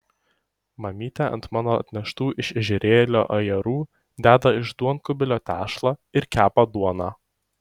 mamytė ant mano atneštų iš ežerėlio ajerų deda iš duonkubilio tešlą ir kepa duoną